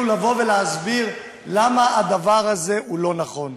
לבוא ולהסביר למה הדבר הזה הוא לא נכון.